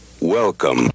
Welcome